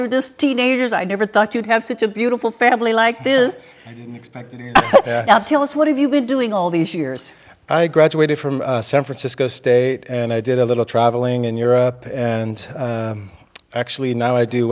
were just teenagers i'd never thought you'd have such a beautiful family like this now tell us what have you been doing all these years i graduated from san francisco state and i did a little traveling in europe and actually now i do